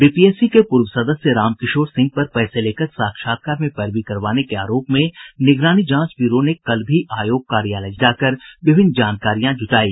BPSC के पूर्व सदस्य रामकिशोर सिंह पर पैसे लेकर साक्षात्कार में पैरवी करवाने के आरोप में निगरानी जांच ब्यूरो ने कल भी आयोग कार्यालय जाकर विभिन्न जानकारियां ज़ुटायी